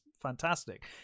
fantastic